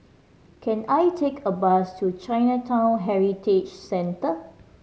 can I take a bus to Chinatown Heritage Center